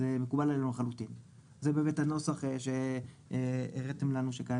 זה מקובל עלינו לחלוטין וזה באמת הנוסח שהראיתם לנו שמקובל